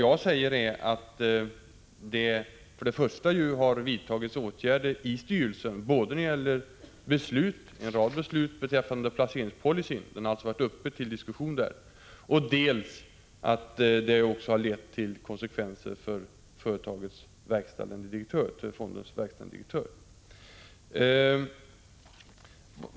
Jag säger att det för det första har vidtagits åtgärder i styrelsen både när det gäller en rad beslut beträffande placeringspolicyn, som alltså har varit uppe till diskussion, och att det för det andra har lett till konsekvenser för fondens verkställande direktör.